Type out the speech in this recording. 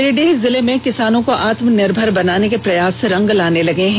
गिरिडीह जिले में किसानों को आत्मर्निमर बनाने के प्रयास रंग लाने लगे है